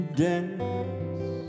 dance